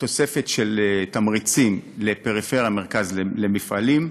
תוספת של תמריצים לפריפריה, מרכז למפעלים,